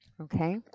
Okay